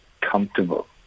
comfortable